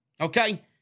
okay